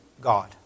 God